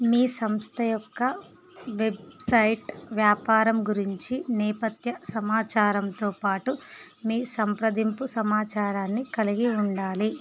మీ సంస్థ యొక్క వెబ్సైట్ వ్యాపారం గురించి నేపథ్య సమాచారంతో పాటు మీ సంప్రదింపు సమాచారాన్ని కలిగి ఉండాలి